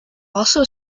also